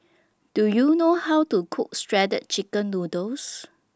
Do YOU know How to Cook Shredded Chicken Noodles